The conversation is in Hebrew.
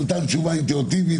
נתן תשובה אינטואיטיבית,